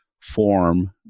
form